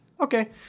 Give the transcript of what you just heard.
Okay